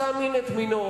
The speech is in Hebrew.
מצא מין את מינו.